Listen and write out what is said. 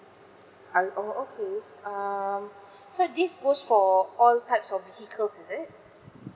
I oh okay um so this goes for all types of vehicle is it